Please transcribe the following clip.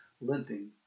limping